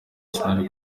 sinari